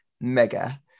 mega